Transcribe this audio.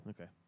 Okay